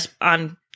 on